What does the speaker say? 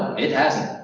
it hasn't.